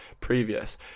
previous